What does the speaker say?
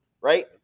right